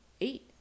eight